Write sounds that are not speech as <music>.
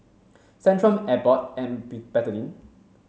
Centrum Abbott and <unintelligible> Betadine